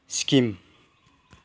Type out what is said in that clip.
Sikkim